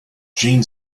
jean